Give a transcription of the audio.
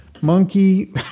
Monkey